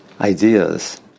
ideas